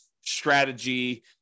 strategy